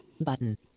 Button